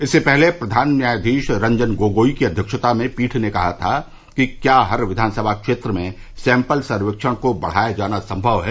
इससे पहले प्रधान न्यायाधीश रंजन गोगोई की अध्यक्षता में पीठ ने आयोग से कहा था कि क्या हर विधानसभा क्षेत्र में सैम्पल सर्वेक्षण को बढ़ाया जाना संभव है